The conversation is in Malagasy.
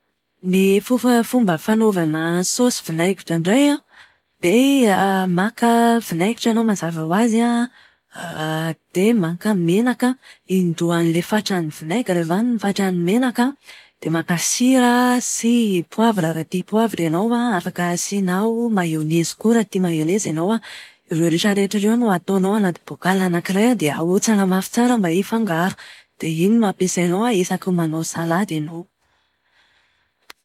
Ny fofo- fomba fanaovana saosy vinaingitra indray an, dia maka vinaingitra ianao mazava ho azy an, dia maka menaka in-droan'ilay fatran'ny vinaigira izany ny fatran'ny menaka. Dia maka sira sy poavira raha tia poavira ianao an, afaka asianao maionezy koa raha tia maionezy ianao an. Ireo rehetrarehetra ireo no ataonao anaty bocal anakiray dia ahontsana mafy tsara mba hifangaro. Dia iny no ampiasainao isaky ny manao salady ianao.